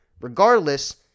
regardless